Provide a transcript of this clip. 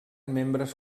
membres